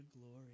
glory